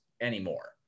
anymore